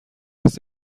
است